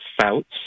Fouts